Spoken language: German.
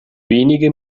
wenige